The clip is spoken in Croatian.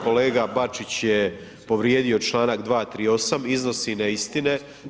Kolega Bačić je povrijedio članak 238. iznosi neistine.